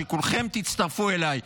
שכולכם תצטרפו אליי,